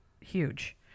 huge